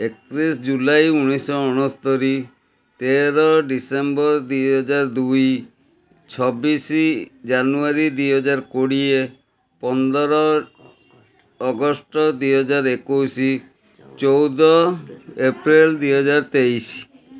ଏକତିରିଶ ଜୁଲାଇ ଉଣେଇଶହ ଅଣସ୍ତରୀ ତେର ଡିସେମ୍ବର ଦୁଇହଜାର ଦୁଇ ଛବିଶି ଜାନୁଆରୀ ଦୁଇହଜାର କୋଡ଼ିଏ ପନ୍ଦର ଅଗଷ୍ଟ ଦୁଇହଜାର ଏକୋଇଶି ଚଉଦ ଏପ୍ରିଲ ଦୁଇହଜାର ତେଇଶି